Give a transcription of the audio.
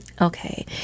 Okay